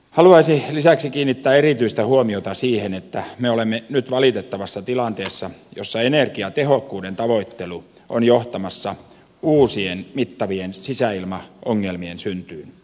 haluaisin lisäksi kiinnittää erityistä huomiota siihen että me olemme nyt valitettavassa tilanteessa jossa energiatehokkuuden tavoittelu on johtamassa uusien mittavien sisäilmaongelmien syntyyn